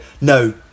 no